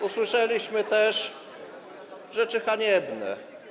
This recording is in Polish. Usłyszeliśmy też rzeczy haniebne.